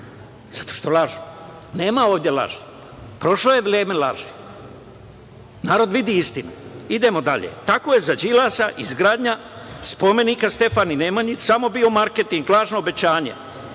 Zato što lažu. Nema ovde laži. Prošlo je vreme laži. Narod vidi istinu. Idemo dalje. Tako je za Đilasa izgradnja spomenika Stefanu Nemanji samo bio marketing, lažno obećanje,